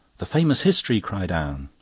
the famous history? cried anne.